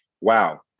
wow